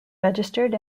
registered